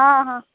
हँ हँ